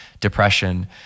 depression